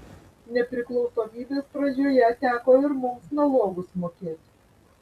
nepriklausomybės pradžioje teko ir mums nalogus mokėt